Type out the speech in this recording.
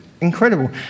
incredible